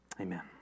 amen